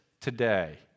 today